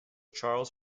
charles